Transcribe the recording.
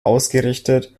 ausgerichtet